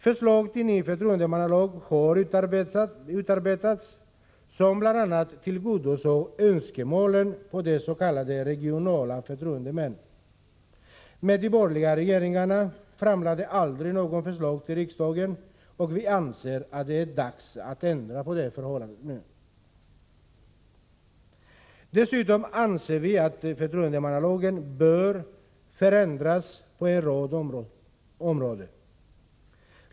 Förslag till ny förtroendemannalag har utarbetats, som bl.a. tillgodosåg önskemålet om s.k. regionala förtroendemän. Men de borgerliga regeringarna framlade aldrig något förslag till riksdagen. Vi anser att det är dags att ändra på det förhållandet nu. Dessutom anser vi att förtroendemannalagen bör förändras på en rad områden.